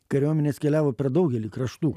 kariuomenės keliavo per daugelį kraštų